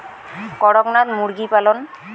করকনাথ মুরগি পালন?